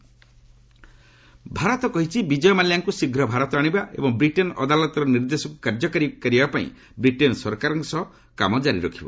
MEA Mallya Bharat କହିଛି ବିଜୟ ମାଲ୍ୟାଙ୍କୁ ଶୀଘ୍ର ଭାରତ ଆଶିବା ଏବଂ ବ୍ରିଟେନ୍ ଅଦାଲତର ନିର୍ଦ୍ଦେଶକୁ କାର୍ଯ୍ୟକାରୀ କରିବା ପାଇଁ ବ୍ରିଟେନ୍ ସରକାରଙ୍କ ସହ କାମ ଜାରି ରଖିବ